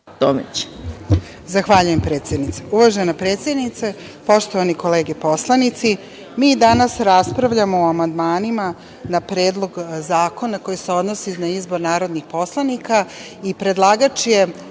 Zahvaljujem, predsednice. Uvažena predsednice, poštovani kolege poslanici, mi danas raspravljamo o amandmanima na Predlog zakona koji se odnosi na izbor narodnih poslanika i predlagač je